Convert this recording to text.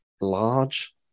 Large